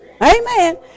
Amen